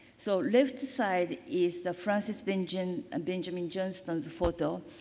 so, left side is the francis benjamin ah benjamin johnston's photo.